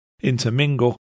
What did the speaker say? intermingle